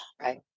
Right